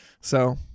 So-